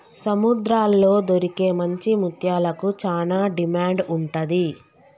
సముద్రాల్లో దొరికే మంచి ముత్యాలకు చానా డిమాండ్ ఉంటది